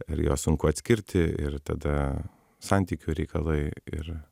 ir jo sunku atskirti ir tada santykių reikalai ir